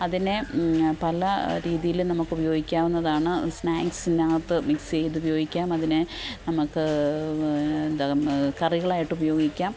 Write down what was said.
അതിനെ പല രീതിയിൽ നമുക്ക് ഉപയോഗിക്കാവുന്നതാണ് സ്നാക്സിനകത്ത് മിക്സ് ചെയ്ത് ഉപയോഗിക്കാം അതിനെ നമുക്ക് എന്താ കറികളായിട്ട് ഉപയോഗിക്കാം